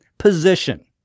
position